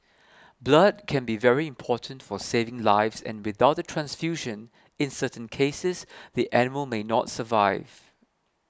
blood can be very important for saving lives and without a transfusion in certain cases the animal may not survive